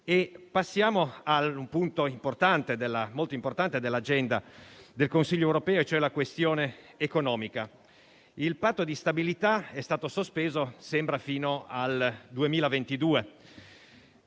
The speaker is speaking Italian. Venendo al punto molto importante dell'agenda del Consiglio europeo, cioè la questione economica, il patto di stabilità è stato sospeso - sembra - fino al 2022.